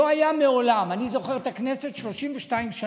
לא היה מעולם, אני זוכר את הכנסת 32 שנה,